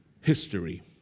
history